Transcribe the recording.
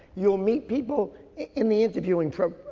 you'll meet people in the interviewing pro,